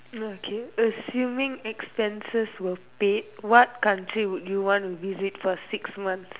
okay assuming expenses were paid what country would you want to visit for six months